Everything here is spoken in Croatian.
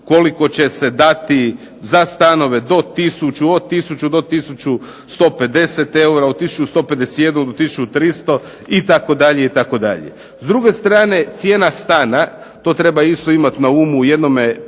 koliko će se dati za stanove do 1000 od 1000 do 1150 eura, od 1151 do 1300 itd. S druge strane cijena stana, to treba isto imati na umu, u jednome Poreču,